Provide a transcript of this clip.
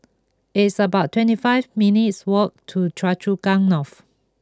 it's about twenty five minutes' walk to Choa Chu Kang North